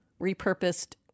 repurposed